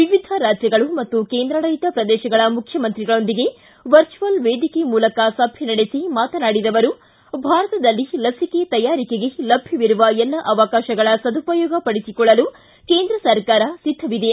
ವಿವಿಧ ರಾಜ್ಯಗಳು ಮತ್ತು ಕೇಂದ್ರಾಡಳಿತ ಪ್ರದೇಶಗಳ ಮುಖ್ಯಮಂತ್ರಿಗಳೊಂದಿಗೆ ವರ್ಚುವಲ್ ವೇದಿಕೆ ಮೂಲಕ ಸಭೆ ನಡೆಸಿ ಮಾತನಾಡಿದ ಅವರು ಭಾರತದಲ್ಲಿ ಲಸಿಕೆ ತಯಾರಿಕೆಗೆ ಲಭ್ಯವಿರುವ ಎಲ್ಲ ಅವಕಾಶಗಳ ಸದುಪಯೋಗ ಪಡಿಸಿಕೊಳ್ಳಲು ಕೇಂದ್ರ ಸರ್ಕಾರ ಸಿದ್ದವಿದೆ